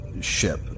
ship